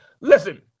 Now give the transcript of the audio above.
Listen